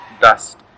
dust